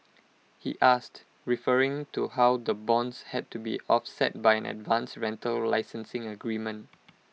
he asked referring to how the bonds had to be offset by an advance rental licensing agreement